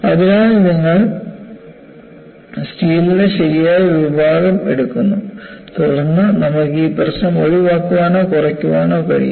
അതിനാൽ നിങ്ങൾ സ്റ്റീൽന്റെ ശരിയായ വിഭാഗം എടുക്കുന്നു തുടർന്ന് നമുക്ക് ഈ പ്രശ്നം ഒഴിവാക്കാനോ കുറയ്ക്കാനോ കഴിയും